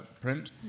print